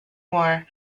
war